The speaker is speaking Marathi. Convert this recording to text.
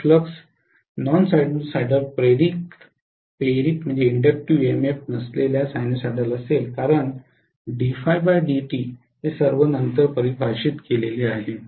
जर फ्लक्स नॉन सायनुसॉइडल प्रेरित इएमएफ नसलेल्या सायनोसॉइडल असेल कारण हे सर्व नंतर परिभाषित केले आहे